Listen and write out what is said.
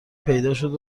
پیداشد